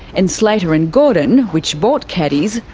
and slater and gordon, which bought keddies,